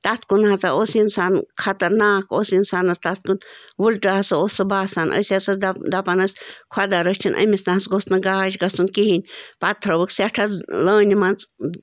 تَتھ کُن ہَسا اوس اِنسان خاطر ناک اوس اِنسانَس تَتھ کُن وُلٹہٕ ہَسا اوس سُہ بَاسان أسۍ ہَسا دَپان ٲسۍ خۄدا رٔچھن أمس نَہ حظ گوٚژھ نہٕ گاش گَژھن کِہیٖنۍ پتہٕ تھٲوِکھ سۄ سٮ۪ٹھاہ اۭں لٲنہِ منٛز